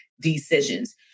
decisions